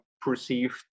perceived